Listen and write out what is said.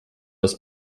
aus